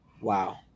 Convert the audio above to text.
wow